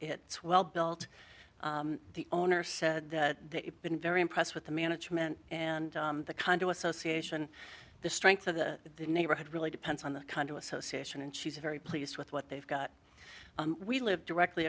it's well built the owner said that you've been very impressed with the management and the condo association the strength of the neighborhood really depends on the condo association and she's very pleased with what they've got we live directly